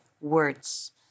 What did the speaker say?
words